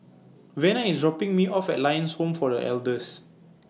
Vena IS dropping Me off At Lions Home For The Elders